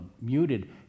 muted